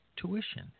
tuition